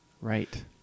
Right